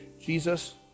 Jesus